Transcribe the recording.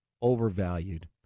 overvalued